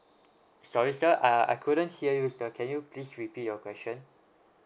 sorry sir uh I couldn't hear you sir can you please repeat your question